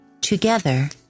together